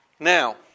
Now